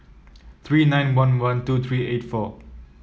three nine one one two three eight four